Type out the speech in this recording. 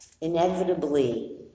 Inevitably